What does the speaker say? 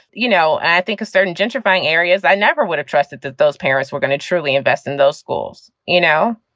you know, i think a certain gentrifying areas, i never would have trusted that those parents were going to truly invest in those schools you know,